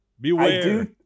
Beware